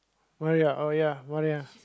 Maria oh ya Maria